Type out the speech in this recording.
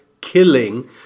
killing